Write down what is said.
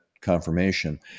confirmation